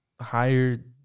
higher